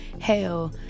hell